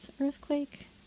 earthquake